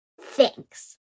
Thanks